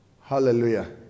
Hallelujah